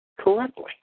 correctly